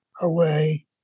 away